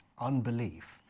unbelief